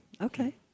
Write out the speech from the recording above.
Okay